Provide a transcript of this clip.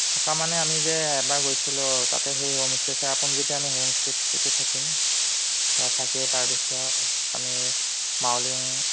থকা মানে আমি যে এবাৰ গৈছিলোঁ তাতে সেই হোমষ্টে' চেৰাপুঞ্জিতে আমি হোমষ্টেটোতে থাকিম বা থাকি তাৰপিছত আমি মাউলিং